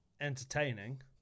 entertaining